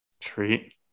Treat